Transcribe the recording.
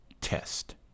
test